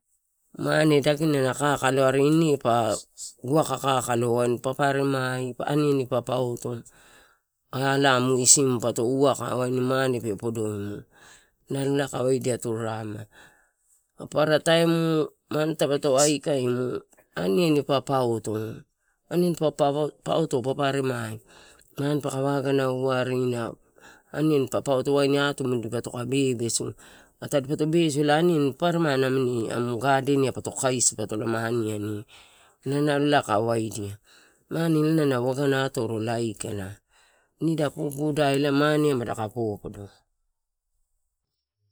Mane dakina na kakalo, are ine pa uwaka kakalo waini paparemai aniani papauto alamu isimu, pato uwaka waini mane pe podoimu nalo elae kai waidia turarema. Paparataim mane tapeto aikaimu aniani papauto, aniani papauto papa remai mane paka waga warina aniani papauto waini atumu dipotoko bebesu, aka tadipa besu, aniani paparemai amu gadeni pato kaisi potoloma aniani inau nalo elae kai waidia, mane ela na waga atorola aikala nida pupu dai elae mane madaka popodo.